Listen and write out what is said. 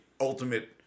ultimate